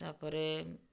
ତା'ପରେ